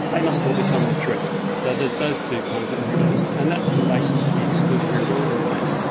they must all be telling the truth. so there's those two kinds of prejudice, and that's the basis for the exclusionary rule, in fact.